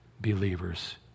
believers